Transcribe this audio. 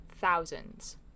thousands